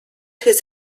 his